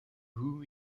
whom